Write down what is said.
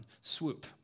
swoop